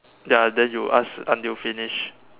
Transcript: ya then you ask until finish